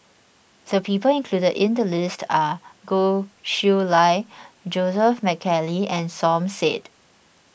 the people included in the list are Goh Chiew Lye Joseph McNally and Som Said